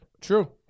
True